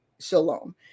shalom